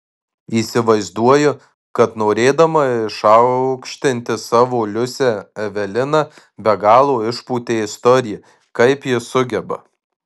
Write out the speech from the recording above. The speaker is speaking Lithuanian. įsivaizduoju kad norėdama išaukštinti savo liusę evelina be galo išpūtė istoriją kaip ji sugeba